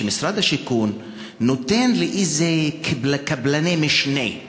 שמשרד השיכון נותן לקבלני משנה,